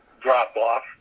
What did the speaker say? drop-off